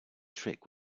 trick